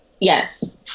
Yes